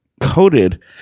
coated